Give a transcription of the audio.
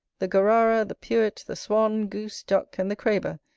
the gorara, the puet, the swan, goose, duck, and the craber,